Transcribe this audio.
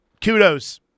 Kudos